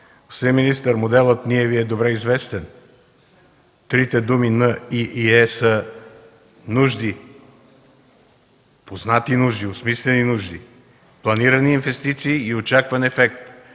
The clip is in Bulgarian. Господин министър, моделът НИЕ Ви е добре известен. Трите думи Н, И и Е са: Нужди – познати нужди, осмислени нужди; планирани Инвестиции; и очакван Ефект.